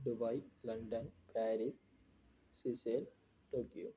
Dubai London Paris Seychelles Tokyo